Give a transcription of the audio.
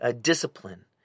discipline